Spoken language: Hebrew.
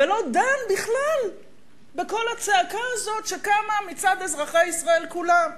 ולא דן בכלל בכל הצעקה הזאת שקמה מצד אזרחי ישראל כולם,